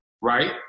right